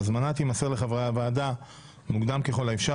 ההזמנה תימסר לחברי הוועדה מוקדם ככל האפשר,